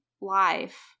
life